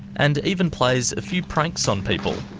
and even plays a few pranks on people.